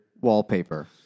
wallpaper